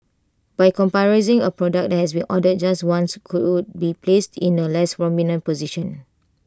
by comprising A product that has been ordered just once could be placed in A less prominent position